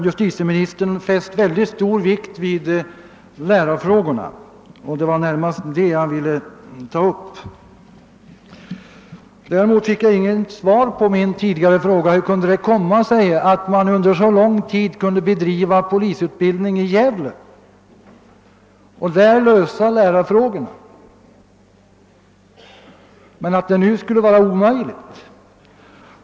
Justitieministern har fäst stor vikt vid lärarfrågorna, och det var närmast dem som jag ville ta upp. Jag fick inget svar på min tidigare fråga hur det kunde komma sig att man under så lång tid kunde bedriva polisutbildning i Gävle och där lösa lärarfrågorna men att något sådant nu skulle vara omöjligt.